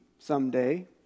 Someday